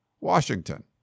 Washington